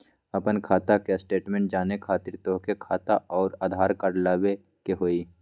आपन खाता के स्टेटमेंट जाने खातिर तोहके खाता अऊर आधार कार्ड लबे के होइ?